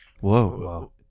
Whoa